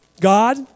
God